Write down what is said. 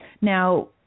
Now